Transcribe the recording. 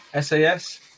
SAS